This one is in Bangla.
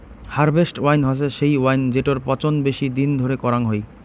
হারভেস্ট ওয়াইন হসে সেই ওয়াইন জেটোর পচন বেশি দিন ধরে করাং হই